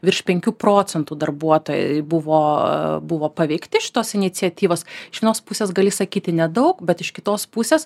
virš penkių procentų darbuotojai buvo buvo paveikti šitos iniciatyvos iš vienos pusės gali sakyti nedaug bet iš kitos pusės